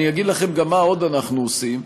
אני אגיד לכם גם מה עוד אנחנו עושים.